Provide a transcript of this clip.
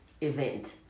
event